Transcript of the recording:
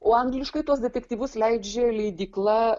o angliškai tuos detektyvus leidžia leidykla